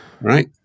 Right